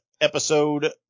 episode